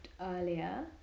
earlier